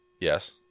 Yes